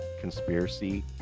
Conspiracy